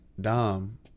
dom